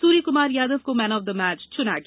सूर्य कुमार यादव को man of the match चुना गया